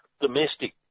domestic